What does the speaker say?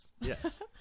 Yes